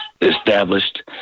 established